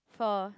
four